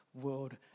world